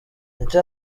icyo